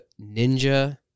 ninja